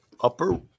Upper